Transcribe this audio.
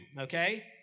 okay